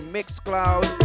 Mixcloud